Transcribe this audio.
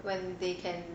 when they can